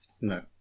No